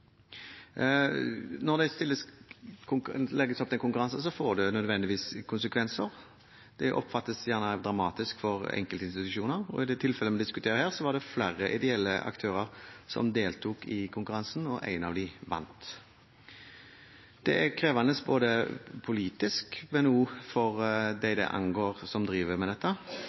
Når det legges opp til konkurranse, får det nødvendigvis konsekvenser. Det oppfattes gjerne dramatisk for enkelte institusjoner. I det tilfellet vi diskuterer her, var det flere ideelle aktører som deltok i konkurransen, og én av dem vant. Det er krevende både politisk og for dem det angår som driver med dette,